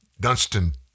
Dunstan